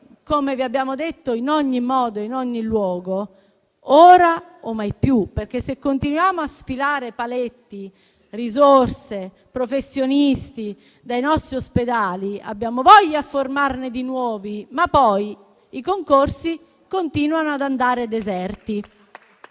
Come vi abbiamo detto in ogni modo e in ogni luogo, ora o mai più. Se continuiamo a sfilare paletti, risorse e professionisti dai nostri ospedali, abbiamo voglia a formarne di nuovi, ma poi i concorsi continuano ad andare deserti.